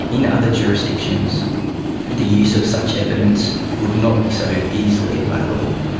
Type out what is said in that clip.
in other jurisdictions the use of such evidence would not be so easily available.